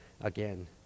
again